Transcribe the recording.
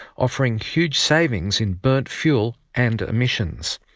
offering huge savings in burnt fuel and emissions.